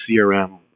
CRM